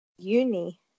uni